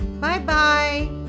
Bye-bye